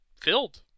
filled